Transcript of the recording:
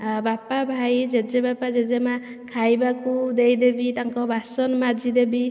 ବାପା ଭାଇ ଜେଜେବାପା ଜେଜେମା ଖାଇବାକୁ ଦେଇଦେବି ତାଙ୍କ ବାସନ ମାଜିଦେବି